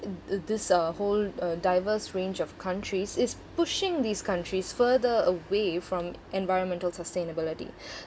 thi~ this uh whole uh diverse range of countries is pushing these countries further away from environmental sustainability